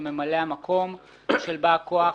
וממלא-המקום של בא הכוח